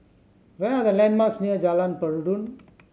where are the landmarks near Jalan Peradun